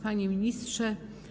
Panie Ministrze!